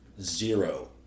zero